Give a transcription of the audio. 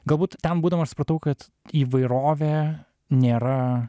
galbūt ten būdamas aš supratau kad įvairovė nėra